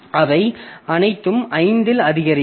அவை அனைத்தும் 5 ஆல் அதிகரிக்கும்